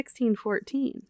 1614